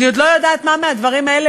אני עוד לא יודעת מה מהדברים האלה,